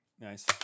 Nice